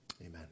Amen